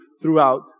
throughout